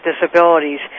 disabilities